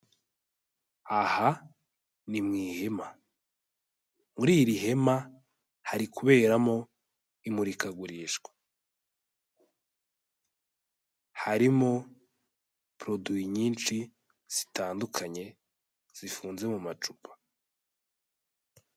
Aha ni mu ihema, muri iri hema hari kuberamo imurikagurishwa. Harimo poroduwi nyinshi zitandukanye zifunze mu macupa.